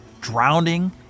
drowning